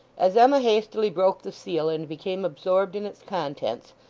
as emma hastily broke the seal and became absorbed in its contents,